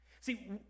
See